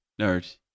Nerd